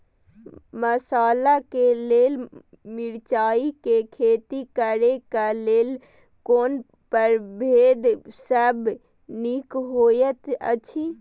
मसाला के लेल मिरचाई के खेती करे क लेल कोन परभेद सब निक होयत अछि?